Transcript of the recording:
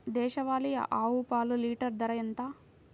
దేశవాలీ ఆవు పాలు లీటరు ధర ఎంత?